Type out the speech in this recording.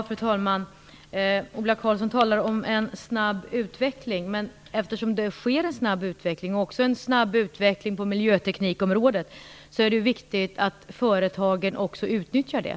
Fru talman! Ola Karlsson talar om en snabb utveckling, men eftersom det sker en snabb utveckling också på miljöteknikområdet är det viktigt att företagen också utnyttjar det.